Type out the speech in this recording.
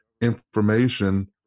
information